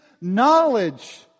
Knowledge